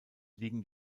liegen